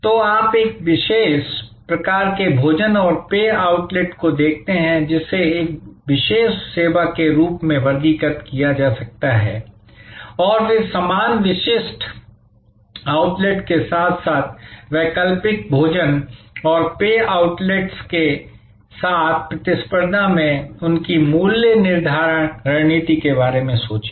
तो आप एक विशेष प्रकार के भोजन और पेय आउटलेट को देखते हैं जिसे एक विशेष सेवा के रूप में वर्गीकृत किया जा सकता है और फिर समान विशिष्ट आउटलेट्स के साथ साथ वैकल्पिक भोजन और पेय आउटलेट्स के साथ प्रतिस्पर्धा में उनकी मूल्य निर्धारण रणनीति के बारे में सोचें